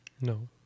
No